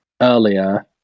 earlier